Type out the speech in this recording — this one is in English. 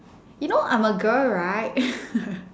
you know I'm a girl right